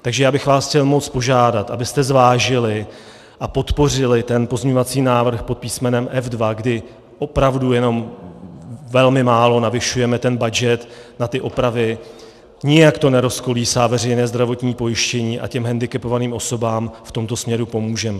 Takže já bych vás chtěl moc požádat, abyste zvážili a podpořili pozměňovací návrh pod písmenem F2, kdy opravdu jenom velmi málo navyšujeme budget na ty opravy, nijak to nerozkolísá veřejné zdravotní pojištění a hendikepovaným osobám v tomto směru pomůžeme.